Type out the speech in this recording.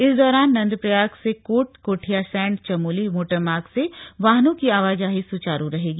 इस दौरान नंदप्रयाग सेकोट कोठियासैंण चमोली मोटर मार्ग से वाहनों की आवाजाही सुचारू रहेगी